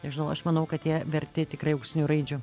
nežinau aš manau kad jie verti tikrai auksinių raidžių